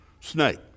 snake